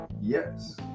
Yes